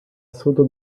sudo